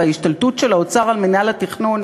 ההשתלטות של האוצר על מינהל התכנון,